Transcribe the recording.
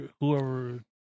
whoever